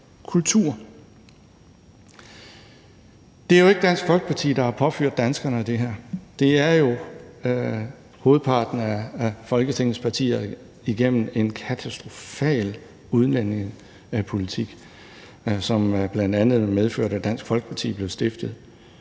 kultur. Det er jo ikke Dansk Folkeparti, der har påført danskerne det her, det er jo hovedparten af Folketingets partier igennem en katastrofal udlændingepolitik, som bl.a. medførte, at Dansk Folkeparti blev stiftet.